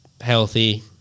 healthy